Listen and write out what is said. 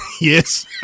Yes